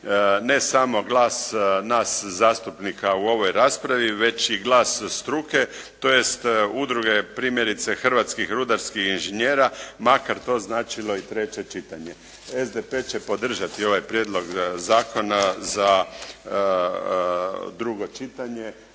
ne samo glas nas zastupnika u ovoj raspravi već i glas struke tj. udruge primjerice hrvatskih rudarskih inžinjera makar to značilo i treće čitanje. SDP će podržati ovaj prijedlog zakona za drugo čitanje